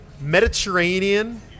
Mediterranean